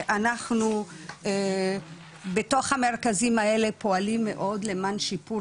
אנחנו בתוך המרכזים האלה פועלים מאוד למען שיפור